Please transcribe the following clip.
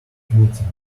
knitting